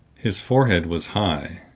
his forehead was high,